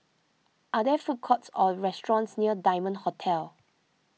are there food courts or restaurants near Diamond Hotel